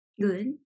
Good